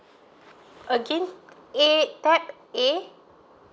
again A tab A